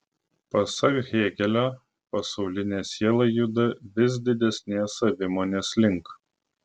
pasak hėgelio pasaulinė siela juda vis didesnės savimonės link